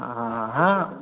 अहा हँ